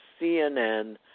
CNN